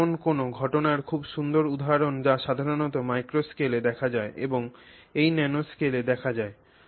এটি এমন কোনও ঘটনার খুব সুন্দর উদাহরণ যা সাধারণত মাইক্রো স্কেলে দেখা যায় না এবং ন্যানোস্কেলে দেখা যায়